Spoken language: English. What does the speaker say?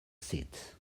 seat